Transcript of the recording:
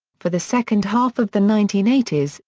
for the second half of the nineteen eighty s,